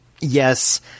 Yes